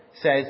Says